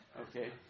okay